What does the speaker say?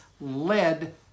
led